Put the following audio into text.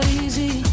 easy